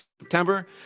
September